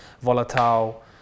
volatile